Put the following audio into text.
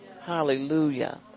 Hallelujah